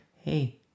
hey